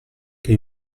che